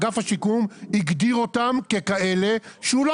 אגף השיקום הגדיר אותם ככאלה שהוא לא